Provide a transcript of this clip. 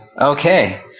Okay